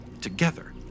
together